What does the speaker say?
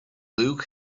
luke